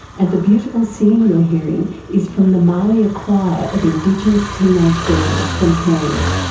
and the beautiful singing you're hearing is from the marliya choir of indigenous teenage girls from cairns.